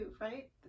right